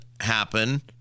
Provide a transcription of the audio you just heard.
happen